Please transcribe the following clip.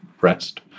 rest